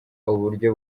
uburyo